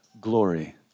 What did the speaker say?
glory